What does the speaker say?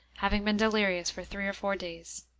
having been delirious for three or four days.